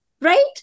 right